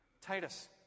Titus